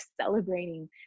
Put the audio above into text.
celebrating